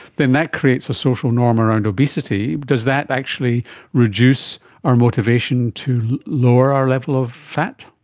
then that creates a social norm around obesity. does that actually reduce our motivation to lower our level of fat?